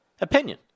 opinion